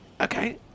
Okay